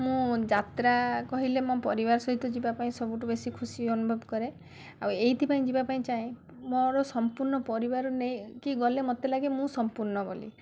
ମୁଁ ଯାତ୍ରା କହିଲେ ମୋ ପରିବାର ସହିତ ଯିବା ପାଇଁ ସବୁଠୁ ବେଶୀ ଖୁସି ଅନୁଭବ କରେ ଆଉ ଏଇଥିପାଇଁ ଯିବା ପାଇଁ ଚାହେଁ ମୋର ସମ୍ପୂର୍ଣ୍ଣ ପରିବାର ନେଇକି ଗଲେ ମୋତେ ଲାଗେ ମୁଁ ସମ୍ପୂର୍ଣ୍ଣ ବୋଲି